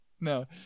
No